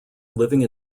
living